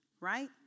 right